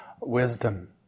wisdom